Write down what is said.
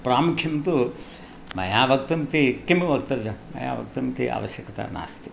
प्रामुख्यं तु मया वक्तुमिति किं वक्तव्यं मया वक्तमिति आवश्यकता नास्ति